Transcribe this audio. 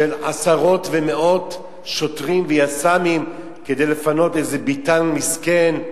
של עשרות ומאות שוטרים ויס"מים כדי לפנות איזה ביתן מסכן?